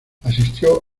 asistió